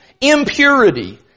impurity